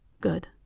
good